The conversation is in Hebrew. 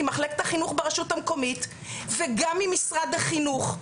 עם מחלקת החינוך ברשות המקומית וגם עם משרד החינוך,